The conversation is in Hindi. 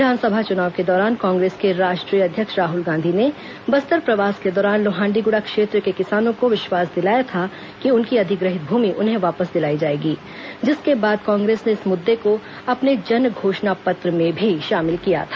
विधानसभा चुनाव के दौरान कांग्रेस के राष्ट्रीय अध्यक्ष राहुल गांधी ने बस्तर प्रवास के दौरान लोहांडीगुड़ा क्षेत्र के किसानों को विश्वास दिलाया था कि उनकी अधिग्रहित भूमि उन्हें वापस दिलाई जाएगी जिसके बाद कांग्रेस ने इस मुद्दे को अपने जनघोषणा पत्र में भी शामिल किया था